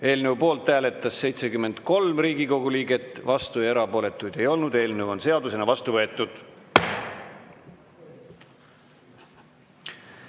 Eelnõu poolt hääletas 41 Riigikogu liiget, vastu oli 6, erapooletuid ei olnud. Eelnõu on seadusena vastu võetud.